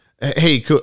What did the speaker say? Hey